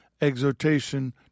exhortation